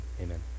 Amen